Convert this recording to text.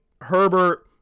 Herbert